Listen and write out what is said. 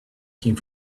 came